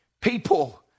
People